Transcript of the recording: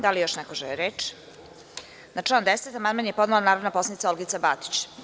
Da li još neko želi reč? (Ne.) Na član 10. amandman je podnela narodna poslanica Olgica Batić.